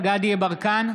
יברקן,